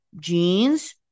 jeans